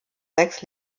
sechs